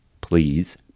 Please